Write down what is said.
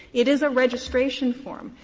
it is a registration form,